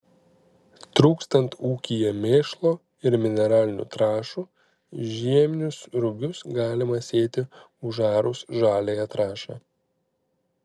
trūkstant ūkyje mėšlo ir mineralinių trąšų žieminius rugius galima sėti užarus žaliąją trąšą